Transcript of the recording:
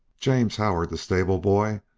james howard, the stable boy,